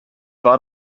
war